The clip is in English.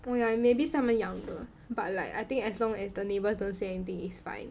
oh ya 是他们养的 but like I think as long the neighbors don't say anything is fine